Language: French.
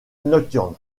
nocturne